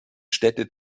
städte